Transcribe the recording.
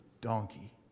donkey